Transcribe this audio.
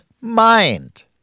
mind